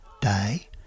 Day